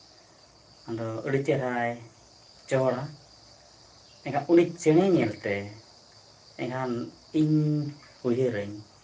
ᱟᱫᱚ ᱟᱹᱰᱤ ᱪᱮᱦᱨᱟᱭ ᱪᱚᱦᱚᱲᱟ ᱮᱱᱠᱷᱟᱱ ᱩᱱᱤ ᱪᱮᱬᱮ ᱧᱮᱞᱛᱮ ᱮᱱᱠᱷᱟᱱ ᱤᱧ ᱩᱭᱦᱟᱹᱨᱟᱹᱧ